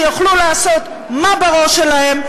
שיוכלו לעשות מה בראש שלהם.